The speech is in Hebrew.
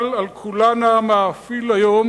אבל על כולנה מאפיל היום